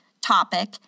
topic